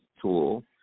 tool